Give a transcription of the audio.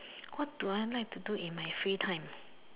what do I like to do in my free time